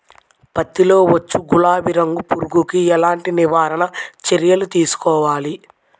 పత్తిలో వచ్చు గులాబీ రంగు పురుగుకి ఎలాంటి నివారణ చర్యలు తీసుకోవాలి?